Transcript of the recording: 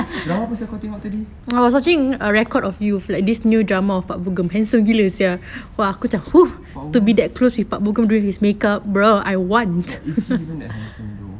lawa apa sia kau tengok tadi pak bu~ but is he that handsome though